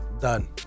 done